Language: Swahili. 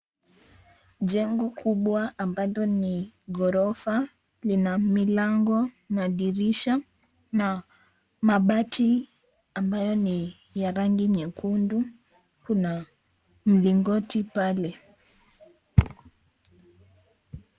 Jengo kubwa ambalo ni ghorofa. Lina milango na dirisha na mabati ambayo ni ya rangi nyekundu. Kuna mlingoti pale.